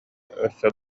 өссө